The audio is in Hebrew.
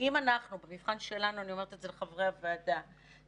אני אומרת את זה בצער רב כי אני